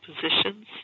positions